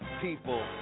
people